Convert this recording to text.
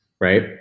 right